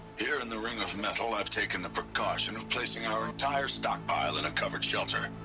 here in the ring of metal, i've taken the precaution of placing our entire stockpile in a covered shelter.